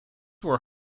were